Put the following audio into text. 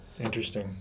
Interesting